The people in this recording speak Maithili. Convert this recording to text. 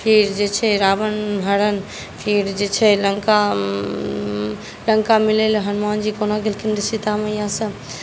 फेर जे छै रावण हरण फेर जे छै लङ्का लङ्का मिललै हनुमानजी कोना गेलखिन सीता मैयासँ